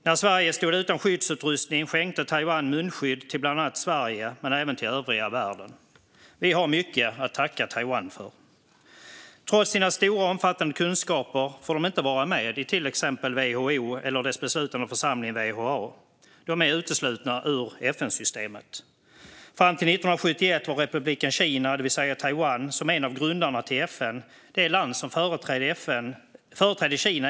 När Sverige stod utan skyddsutrustning skänkte Taiwan munskydd till bland annat Sverige men även till övriga världen. Vi har mycket att tacka Taiwan för. Trots sina omfattande kunskaper får de inte vara med i till exempel WHO eller dess beslutande församling WHA. De är uteslutna ur FN-systemet. Som en av grundarna till FN var Republiken Kina, det vill säga Taiwan, fram till 1971 det land som företrädde Kina i FN.